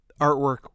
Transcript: artwork